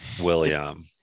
William